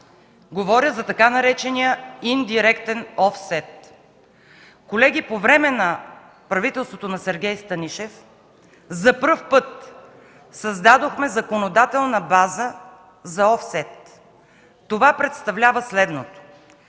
говоря за така наречения „индиректен офсет”. Колеги, по време на правителството на Сергей Станишев за пръв път създадохме законодателна база за офсет. Това представлява следното: